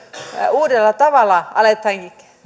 uudella tavalla aletaan